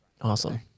Awesome